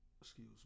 excuse